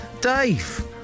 Dave